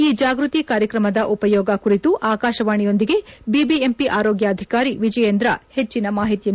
ಈ ಜಾಗೃತಿ ಕಾರ್ಯಕ್ರಮದ ಉಪಯೋಗ ಕುರಿತು ಆಕಾಶವಾಣಿಯೊಂದಿಗೆ ಬಿಬಿಎಂಪಿ ಆರೋಗ್ಯಾಧಿಕಾರಿ ವಿಜಯೇಂದ್ರ ಹೆಚ್ಚಿನ ಮಾಹಿತಿ ನೀಡಿದ್ದಾರೆ